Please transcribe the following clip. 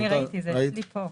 אני ראיתי, זה אצלי פה.